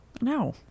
No